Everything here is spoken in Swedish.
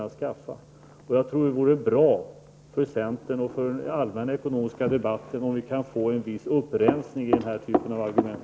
Jag tror att det skulle vara bra för centern och för den allmänna politiska debatten om vi kunde få en viss upprensning av denna typ av argument.